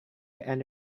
and